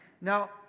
Now